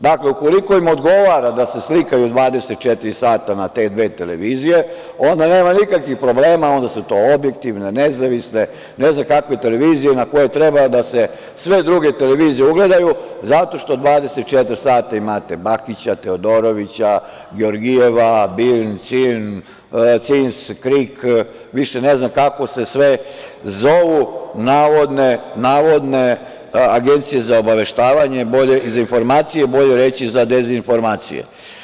Dakle, ukoliko im odgovara da se slikaju 24 sata na te dve televizije, onda nema nikakvih problema, onda su to objektivne, nezavisne, ne znam kakve televizije, na koje treba da se sve druge televizije ugledaju zato što 24 sata imate Bakića, Teodorovića, Georgijeva, CINS, KRIK, više ne znam kako se sve zovu, navodne agencije za obaveštavanje i informacije, bolje reći za dezinformacije.